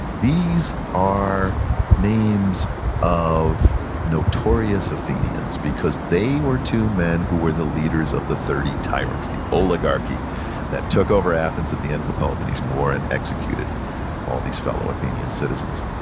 these are names of notorious athenians, because they were two men who were the leaders of the thirty tyrants, the oligarchy that took over athens at the end of the peloponnesian war and executed all these fellow athenian citizens.